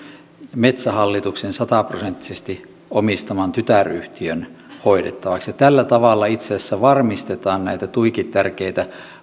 metsähallituksen sataprosenttisesti omistaman tytäryhtiön hoidettavaksi ja tällä tavalla itse asiassa varmistetaan näitä tuiki tärkeitä